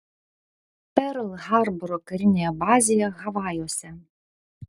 perl harboro karinėje bazėje havajuose